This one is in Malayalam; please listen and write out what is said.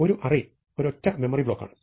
ഒരു അറേ ഒരൊറ്റ മെമ്മറി ബ്ലോക്കാണ്